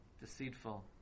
deceitful